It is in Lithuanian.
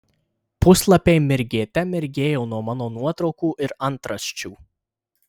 puslapiai mirgėte mirgėjo nuo mano nuotraukų ir antraščių